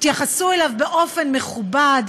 יתייחסו אליו באופן מכובד,